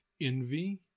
Envy